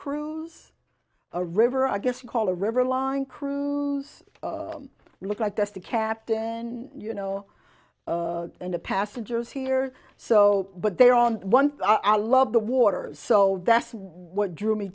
cruise a river i guess you call a river line cruise look like that's the captain you know and the passengers here so but there are one i love the waters so that's what drew me